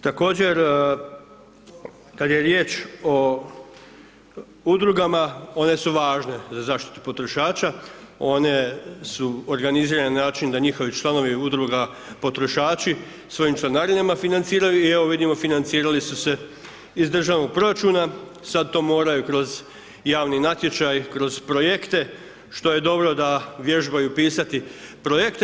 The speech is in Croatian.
Također kad je riječ o Udrugama, one su važne za zaštitu potrošača, one su organizirane na način da njihovi članovi Udruga, potrošači, svojim članarinama financiraju i evo vidimo, financirali su se iz državnog proračuna, sad to moraju kroz javni natječaj, kroz projekte, što je dobro da vježbaju pisati projekte.